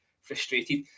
frustrated